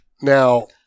Now